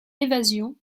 évasion